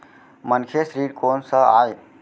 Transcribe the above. मनखे ऋण कोन स आय?